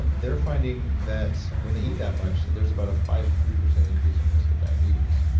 and they're finding that when they eat that much that there's about a five hundred percent increase in risk of diabetes.